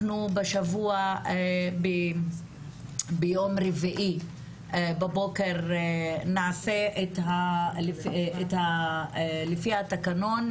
ביום רביעי בבוקר נעשה לפי התקנון,